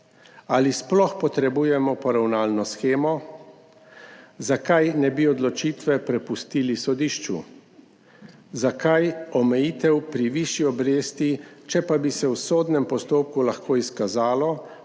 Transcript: Ali sploh potrebujemo poravnalno shemo? Zakaj ne bi odločitve prepustili sodišču? Zakaj omejitev pri višji obresti, če pa bi se v sodnem postopku lahko izkazalo,